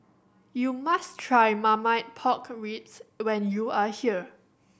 you must try Marmite Pork Ribs when you are here